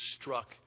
struck